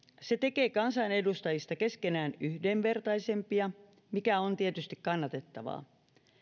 se tekee kansanedustajista keskenään yhdenvertaisempia mikä on tietysti kannatettavaa